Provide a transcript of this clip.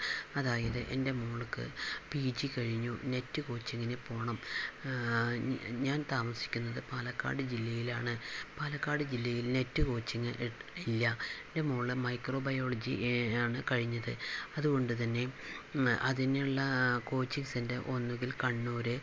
അതായത് എൻ്റെ മകൾക്ക് പി ജി കഴിഞ്ഞു നെറ്റ് കോച്ചിങ്ങിനു പോകണം ഞാൻ താമസിക്കുന്നത് പാലക്കാട് ജില്ലയിലാണ് പാലക്കാട് ജില്ലയിൽ നെറ്റ് കോച്ചിങ്ങ് ഇല്ല എൻ്റെ മകൾ മൈക്രോ ബയോളജി ആണ് കഴിഞ്ഞത് അതുകൊണ്ടുതന്നെ അതിനുള്ള കോച്ചിങ്ങ് സെൻ്റർ ഒന്നുകിൽ കണ്ണൂർ